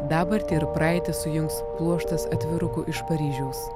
dabartį ir praeitį sujungs pluoštas atvirukų iš paryžiaus